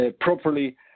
properly